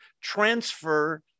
transfer